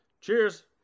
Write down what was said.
Cheers